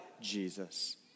Jesus